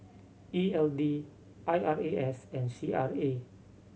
E L D I R A S and C R A